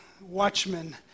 watchmen